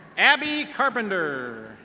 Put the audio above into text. abby carpenter.